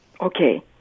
Okay